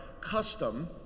custom